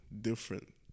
Different